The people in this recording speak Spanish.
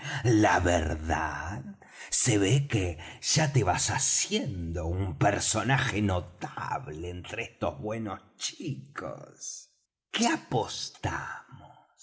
la verdad se ve que ya te vas haciendo un personaje notable entre estos buenos chicos qué apostamos